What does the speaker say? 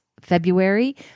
February